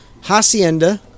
Hacienda